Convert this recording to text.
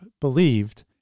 believed